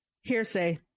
hearsay